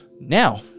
Now